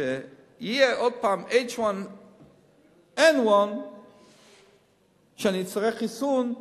כשיהיה שוב H1N1, ואצטרך חיסון,